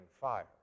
fire